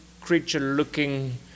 creature-looking